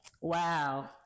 Wow